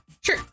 Sure